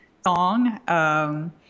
song